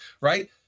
right